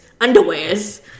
underwears